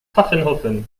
pfaffenhoffen